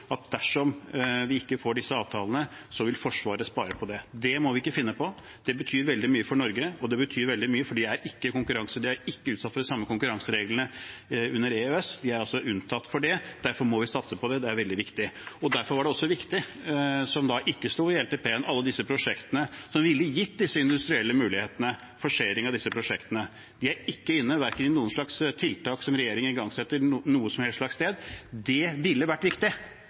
at dersom vi ikke får disse avtalene, vil Forsvaret spare på det. Det må vi ikke finne på. Det betyr veldig mye for Norge. Det betyr veldig mye, for de er ikke utsatt for de samme konkurransereglene under EØS. De er altså unntatt fra den, derfor må vi satse på det. Det er veldig viktig. Derfor var det også viktig, som ikke sto i LTP-en, med alle de prosjektene som ville gitt disse industrielle mulighetene – forsering av disse prosjektene. De er ikke inne i noen slags tiltak som regjeringen igangsetter noe som helst sted. Det ville vært viktig,